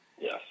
Yes